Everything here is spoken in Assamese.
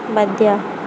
বাদ দিয়া